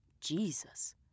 Jesus